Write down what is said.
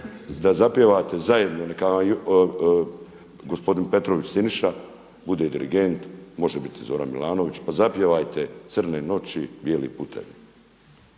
da zapjevate zajedno neka vam gospodin Petrović Siniša bude dirigent, može biti i Zoran Milanović, pa zapjevajte Crne noći, bijeli putevi.